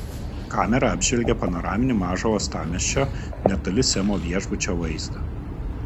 kamera apžvelgė panoraminį mažo uostamiesčio netoli semo viešbučio vaizdą